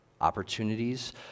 Opportunities